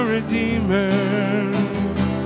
Redeemer